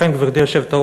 לכן, גברתי היושבת-ראש,